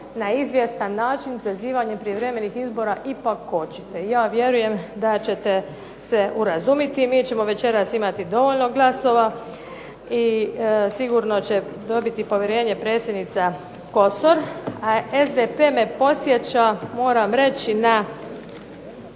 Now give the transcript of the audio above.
na izvjestan način sazivanje prijevremenih izbora ipak kočite. I ja vjerujem da ćete se urazumiti. Mi ćemo večeras imati dovoljno glasova. I sigurno će dobiti povjerenje predsjednica Kosor. A SDP me podsjećam moram reći na